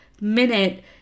minute